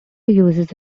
uses